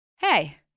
Hey